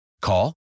Call